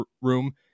room